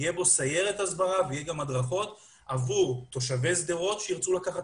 תהיה בו סיירת הסברה ויהיו גם הדרכות עבור תושבי שדרות שירצו לקחת